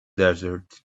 desert